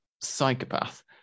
psychopath